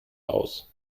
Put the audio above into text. aus